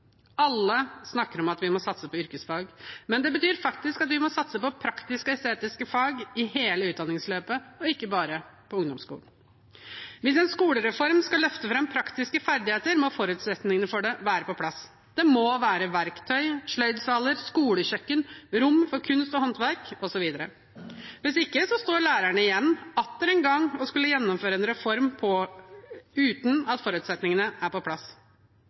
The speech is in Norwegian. Alle snakker om at vi må satse på yrkesfag, men det betyr faktisk at vi må satse på praktiske og estetiske fag i hele utdanningsløpet, ikke bare på ungdomsskolen. Hvis en skolereform skal løfte fram praktiske ferdigheter, må forutsetningene for det være på plass. Det må være verktøy, sløydsaler, skolekjøkken, rom for kunst og håndverk osv. Hvis ikke står lærerne igjen, atter en gang, med å skulle gjennomføre en reform uten at forutsetningene er på plass.